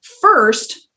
first